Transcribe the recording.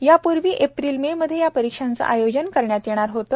यापूर्वी April May मध्ये या परिक्षांचे आयोजन करण्यात येणार होते